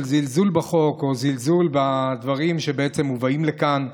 זלזול בחוק או זלזול בדברים שבעצם מובאים לכאן.